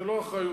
זו לא אחריותכם.